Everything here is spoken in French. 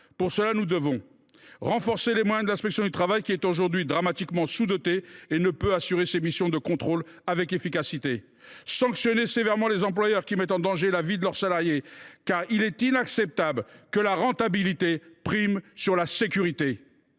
Pour cela, nous devons renforcer les moyens de l’inspection du travail, qui est aujourd’hui dramatiquement sous dotée et ne peut assurer ses missions de contrôle avec efficacité. Nous devons sanctionner sévèrement les employeurs qui mettent en danger la vie de leurs salariés, car il est inacceptable que la rentabilité prime la sécurité.